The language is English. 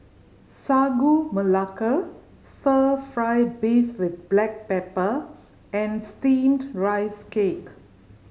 Sagu Melaka Stir Fry beef with black pepper and Steamed Rice Cake